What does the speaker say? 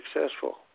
successful